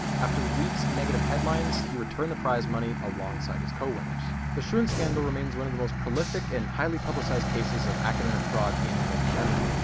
after weeks of negative headlines he returned the prize money alongside his co-winners. the schon scandal remains one of the most prolific and highly publicized cases of academic fraud in living memory.